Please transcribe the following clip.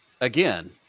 Again